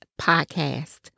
Podcast